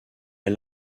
est